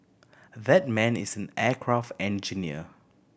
that man is aircraft engineer